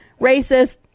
Racist